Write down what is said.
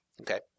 okay